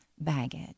baggage